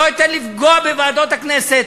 לא אתן לפגוע בוועדות הכנסת.